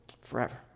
forever